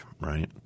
Right